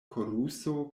koruso